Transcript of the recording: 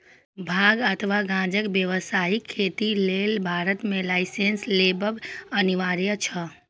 भांग अथवा गांजाक व्यावसायिक खेती लेल भारत मे लाइसेंस लेब अनिवार्य छै